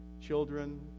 children